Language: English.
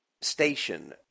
station